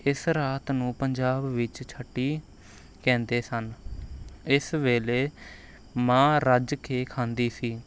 ਇਸ ਰਾਤ ਨੂੰ ਪੰਜਾਬ ਵਿੱਚ ਛਟੀ ਕਹਿੰਦੇ ਸਨ ਇਸ ਵੇਲੇ ਮਾਂ ਰੱਜ ਕੇ ਖਾਂਦੀ ਸੀ